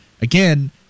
again